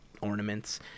ornaments